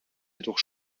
jedoch